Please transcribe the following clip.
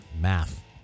Math